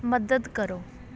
ਮਦਦ ਕਰੋ